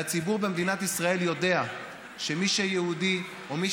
והציבור במדינת ישראל יודע שמי שיהודי או מי